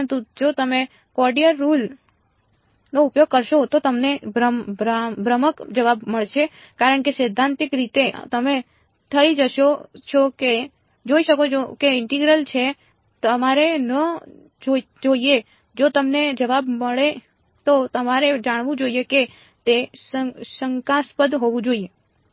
પરંતુ જો તમે ક્વોડરેચર રુલ નો ઉપયોગ કરશો તો તમને ભ્રામક જવાબ મળશે કારણ કે સૈદ્ધાંતિક રીતે તમે જોઈ શકો છો કે આ ઇન્ટેગ્રલ છે તમારે ન જોઈએ જો તમને જવાબ મળે તો તમારે જાણવું જોઈએ કે તે શંકાસ્પદ હોવું જોઈએ